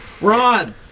Ron